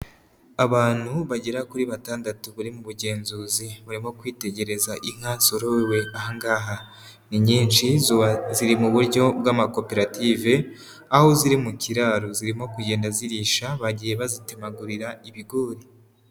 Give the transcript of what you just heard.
Abantu bagera kuri batandatu bari mu bugenzuzi, barimo kwitegereza inka zorowe, aha ngaha ni nyinshi ziri mu buryo bw'amakoperative aho ziri mu kiraro zirimo kugenda zirisha, bagiye bazitemagurira ibigori.